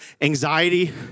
anxiety